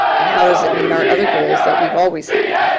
and how does it meet our other goals that we've always had?